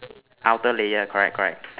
outer layer correct correct